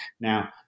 Now